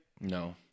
No